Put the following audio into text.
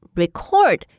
record